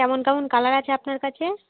কেমন কেমন কালার আছে আপনার কাছে